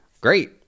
great